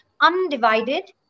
undivided